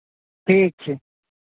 ठीक छै